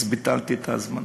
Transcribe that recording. אז ביטלתי את ההזמנה.